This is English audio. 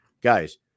guys